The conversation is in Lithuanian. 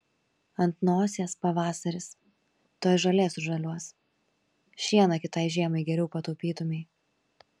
ant nosies pavasaris tuoj žolė sužaliuos šieną kitai žiemai geriau pataupytumei